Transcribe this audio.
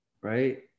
right